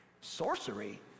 sorcery